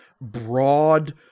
broad